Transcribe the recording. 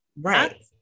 Right